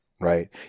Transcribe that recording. Right